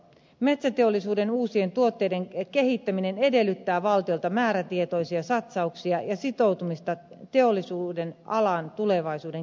metsäteollisuuden uusien tuotteiden kehittäminen edellyttää valtiolta määrätietoisia satsauksia ja sitoutumista teollisuuden alan tulevaisuuden kehittymiseen